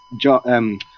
John